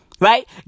Right